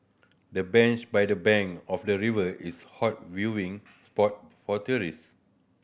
the bench by the bank of the river is hot viewing spot for tourists